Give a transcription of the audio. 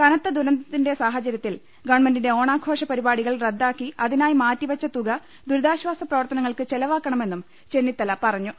കനത്ത ദുരന്തത്തിന്റെ സാഗചര്യത്തിൽ ഗവൺമെന്റിന്റെ ഓണാഘോഷ പരിപാടികൾ റദ്ദാക്കി അതി നായി മാറ്റിവെച്ച തുക ദുരിതാശ്ചാസ പ്രവർത്തനങ്ങൾക്ക് ചെല വാക്കണമെന്നും ചെന്നിത്തല പറഞ്ഞു